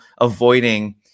avoiding